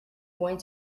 going